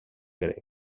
grec